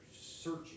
searching